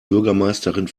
bürgermeisterin